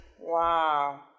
Wow